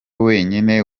wenyine